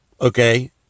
okay